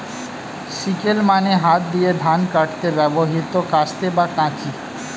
sickle মানে হাত দিয়ে ধান কাটতে ব্যবহৃত কাস্তে বা কাঁচি